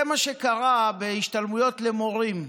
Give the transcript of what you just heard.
זה מה שקרה בהשתלמויות למורים.